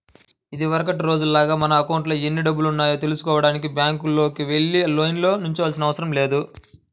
ఇదివరకటి రోజుల్లాగా మన అకౌంట్లో ఎన్ని డబ్బులున్నాయో తెల్సుకోడానికి బ్యాంకుకి వెళ్లి లైన్లో నిల్చోనవసరం లేదు